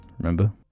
Remember